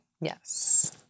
yes